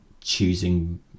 choosing